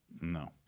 No